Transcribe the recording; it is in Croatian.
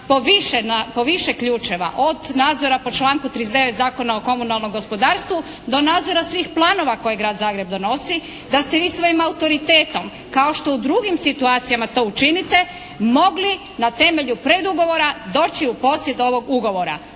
po više ključeva, od nadzora po članku 39. Zakona o komunalnom gospodarstvu do nadzora svih planova koje Grad Zagreb donosi, da ste vi svojim autoritetom kao što u drugim situacijama to učiniti mogli na temelju predugovora doći u posjed ovog ugovora.